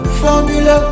formula